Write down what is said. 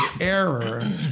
error